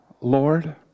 Lord